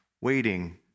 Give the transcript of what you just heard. waiting